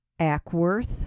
Ackworth